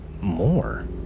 more